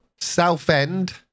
Southend